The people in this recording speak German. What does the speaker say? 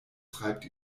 treibt